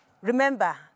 remember